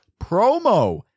promo